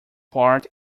bart